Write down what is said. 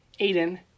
Aiden